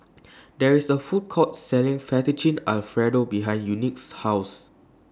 There IS A Food Court Selling Fettuccine Alfredo behind Unique's House